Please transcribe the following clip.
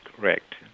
Correct